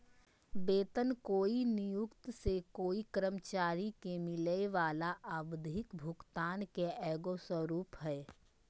वेतन कोय नियोक्त से कोय कर्मचारी के मिलय वला आवधिक भुगतान के एगो स्वरूप हइ